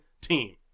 team